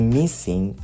missing